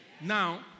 Now